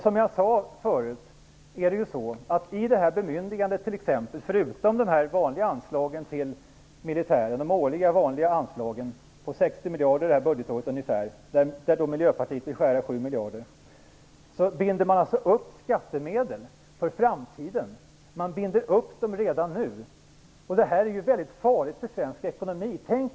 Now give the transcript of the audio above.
Som jag sade förut är det så att i det här bemyndigandet t.ex. - förutom de vanliga årliga anslagen till militären på ungefär 60 miljarder kronor det här budgetåret, där Miljöpartiet vill skära ned med 7 miljarder kronor - binder man redan nu upp skattemedel för framtiden. Detta är väldigt farligt för svensk ekonomi.